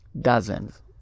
dozens